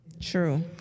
True